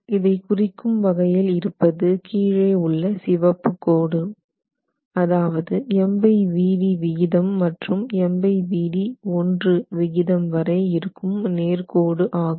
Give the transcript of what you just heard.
இதை குறிக்கும் வகையில் இருப்பது கீழே உள்ள சிவப்பு கோடு அதாவது MVd 0 விகிதம் மற்றும் MVd 1 விகிதம் வரை இருக்கும் நேர்கோடு ஆகும்